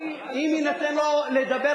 אם יינתן לו לדבר,